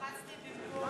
ההסתייגויות